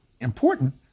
important